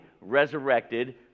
resurrected